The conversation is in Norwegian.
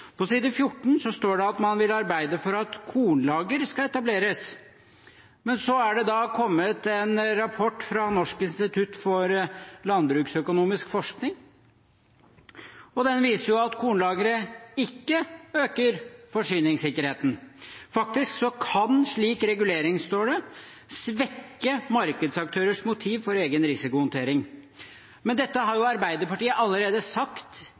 På side 14 står det at man vil «arbeide for at kornlager kan etableres». Men så er det da kommet en rapport fra Norsk institutt for landbruksøkonomisk forskning som viser at kornlagre ikke øker forsyningssikkerheten. Faktisk kan slik regulering, står det, «svekke markedsaktørenes motiv for egen risikohåndtering». Men dette har jo Arbeiderpartiet allerede sagt